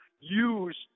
use